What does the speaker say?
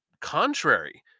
contrary